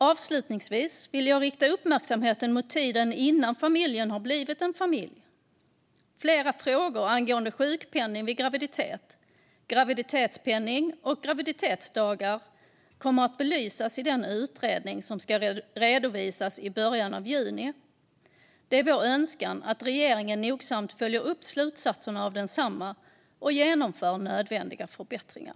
Avslutningsvis vill jag rikta uppmärksamheten mot tiden innan familjen har blivit en familj. Flera frågor angående sjukpenning vid graviditet, graviditetspenning och graviditetsdagar kommer att belysas i den utredning som ska redovisas i början av juni. Det är vår önskan att regeringen nogsamt följer upp slutsatserna av densamma och genomför nödvändiga förbättringar.